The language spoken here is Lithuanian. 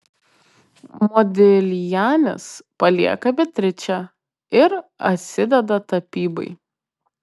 modiljanis palieka beatričę ir atsideda tapybai